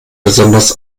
besonders